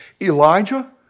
Elijah